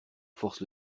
force